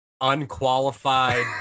Unqualified